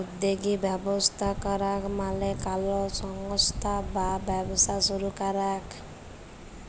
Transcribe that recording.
উদ্যগী ব্যবস্থা করাক মালে কলো সংস্থা বা ব্যবসা শুরু করাক